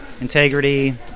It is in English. integrity